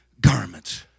garments